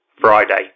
Friday